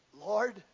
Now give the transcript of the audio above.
Lord